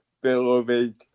beloved